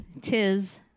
Tis